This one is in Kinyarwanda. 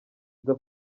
nza